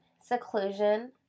seclusion